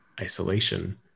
isolation